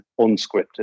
unscripted